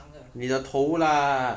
我才是正常的